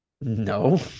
No